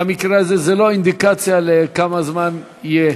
במקרה הזה זה לא אינדיקציה לכמה זמן יהיה,